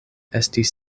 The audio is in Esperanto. estis